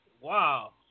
Wow